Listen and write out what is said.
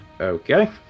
Okay